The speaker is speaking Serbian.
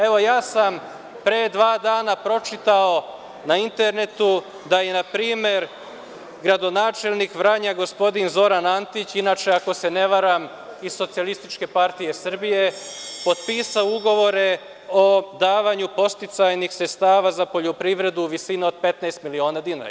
Evo ja sam pre dva dana pročitao na internetu da je na primer gradonačelnik Vranja, gospodin Zoran Antić, inače, ako se ne varam, iz Socijalističke partije Srbije, potpisao ugovore o davanju podsticajnih sredstava za poljoprivredu u visini od 15 miliona dinara.